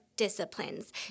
disciplines